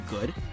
good